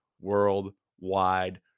Worldwide